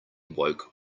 woke